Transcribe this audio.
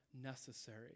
necessary